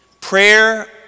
prayer